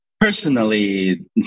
Personally